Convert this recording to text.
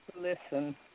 Listen